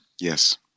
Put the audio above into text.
Yes